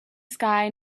sky